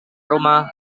rumah